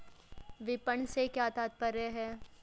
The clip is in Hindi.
विपणन से क्या तात्पर्य है?